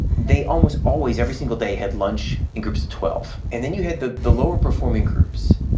they almost always every single day had lunch in groups of twelve. and then you had the the lower performing groups.